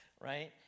right